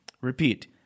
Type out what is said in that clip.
Repeat